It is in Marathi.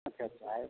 अच्छा अच्छा आहे